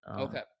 okay